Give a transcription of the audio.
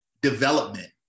development